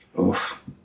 Oof